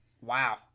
Wow